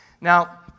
Now